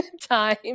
time